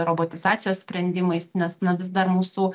robotizacijos sprendimais nes na vis dar mūsų